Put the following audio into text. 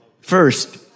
First